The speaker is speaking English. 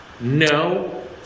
no